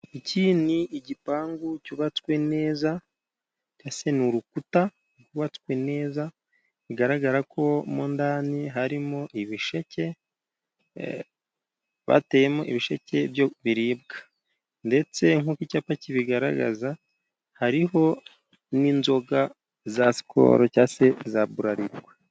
Iki ni igipangu cyubatswe neza cyangwa se ni urukuta rwubatswe neza. Bigaragara ko mo indani harimo ibisheke bateyemo. Ibisheke biribwa ndetse nk'uko icyapa kibigaragaza hariho n'inzoga za Sikolo cyangwa se za Buralirwa.